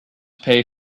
pay